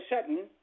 sudden